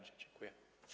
Dziękuję.